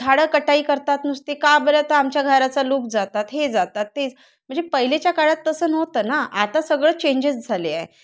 झाडं कटाई करतात नुसते का बरं तर आमच्या घराचा लूक जातात हे जातात तेच म्हणजे पहिलेच्या काळात तसं नव्हतं ना आता सगळं चेंजेस झाले आहे